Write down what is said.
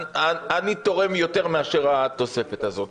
אני תורם יותר מאשר התוספת הזאת,